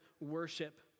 worship